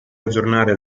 aggiornare